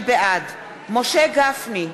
בעד משה גפני,